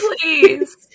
Please